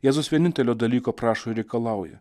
jėzus vienintelio dalyko prašo reikalauja